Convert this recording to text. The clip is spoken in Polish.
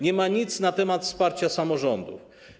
Nie ma nic na temat wsparcia samorządów.